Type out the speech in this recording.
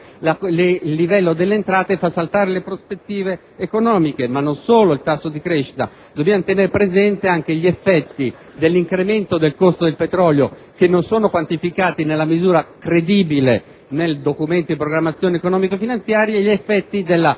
il livello delle entrate e le prospettive economiche. Oltre al tasso di crescita, dobbiamo tener presente anche gli effetti dell'incremento del costo del petrolio (che non sono quantificati in misura credibile nel Documento di programmazione economico-finanziaria) e gli effetti della